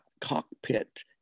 cockpit